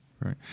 Right